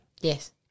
Yes